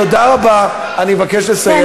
תודה רבה, אני מבקש לסיים.